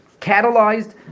catalyzed